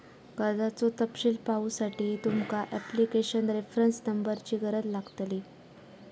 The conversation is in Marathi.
कर्जाचो तपशील पाहुसाठी तुमका ॲप्लीकेशन रेफरंस नंबरची गरज लागतली